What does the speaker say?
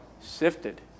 sifted